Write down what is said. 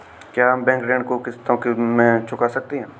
क्या हम बैंक ऋण को किश्तों में चुका सकते हैं?